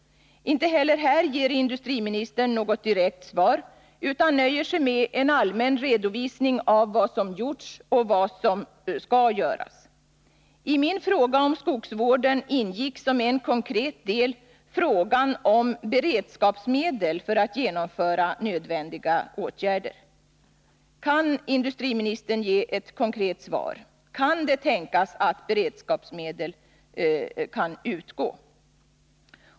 Inte heller här ger industriministern något direkt svar utan nöjer sig med en allmän redovisning av vad som gjorts och vad som skall göras. I min fråga om skogsvården ingick som en konkret del frågan om beredskapsmedel för att genomföra nödvändiga åtgärder. Kan industriministern ge ett konkret svar, kan det tänkas att beredskapsmedel kan utgå?